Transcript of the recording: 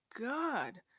god